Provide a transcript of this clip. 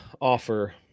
offer